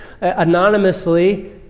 anonymously